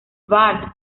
badr